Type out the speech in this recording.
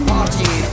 Party